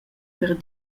per